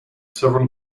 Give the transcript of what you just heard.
several